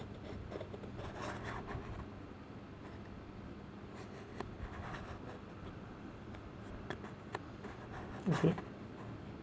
okay